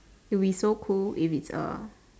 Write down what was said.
it will be so cool if its A